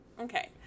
Okay